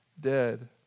dead